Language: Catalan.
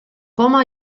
poma